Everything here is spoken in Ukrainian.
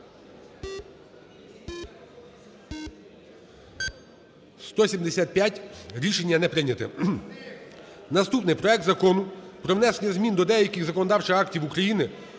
Рішення не прийнято. Проект Закону про внесення змін до деяких законодавчих актів України